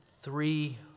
Three